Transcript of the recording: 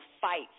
fight